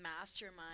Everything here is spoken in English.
mastermind